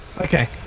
Okay